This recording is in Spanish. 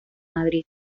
madrid